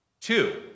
Two